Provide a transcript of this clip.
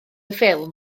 ffilm